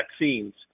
vaccines